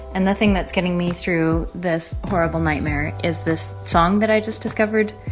and the thing that's getting me through this horrible nightmare is this song that i just discovered,